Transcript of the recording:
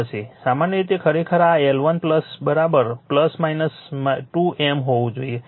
સામાન્ય રીતે ખરેખર આ L1 2 M હોવું જોઈએ